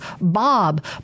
Bob